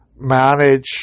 manage